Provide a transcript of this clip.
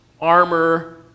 armor